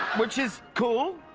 which is cool.